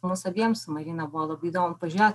mums abiems su marina buvo labai įdomu pažiūrėti